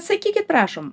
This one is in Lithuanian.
sakykit prašom